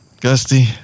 Gusty